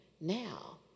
now